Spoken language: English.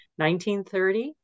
1930